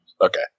Okay